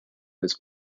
was